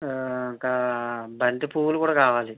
ఇంకా బంతి పువ్వులు కూడా కావాలి